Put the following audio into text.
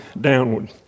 downward